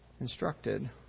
instructed